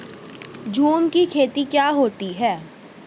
झूम की खेती कहाँ होती है?